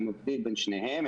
אני מפריד בין שניהם.